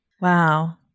Wow